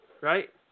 Right